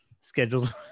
Scheduled